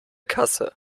kasse